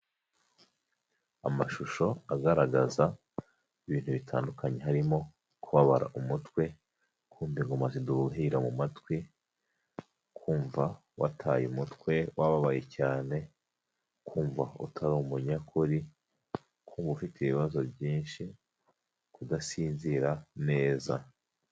Amashusho agaragaza ibintu bitandukanye, harimo kubabara umutwe, kumva ingoma ziduhira mu matwi, kumva wataye umutwe wababaye cyane, kumva utari umunyakuri, kumva ufite ibibazo byinshi, kudasinzira neza.